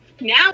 Now